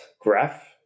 graph